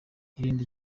irinde